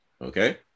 Okay